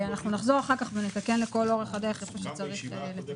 אחר כך נחזור ונתקן לכל אורך הדרך היכן שצריך לתקן.